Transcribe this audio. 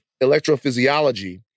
electrophysiology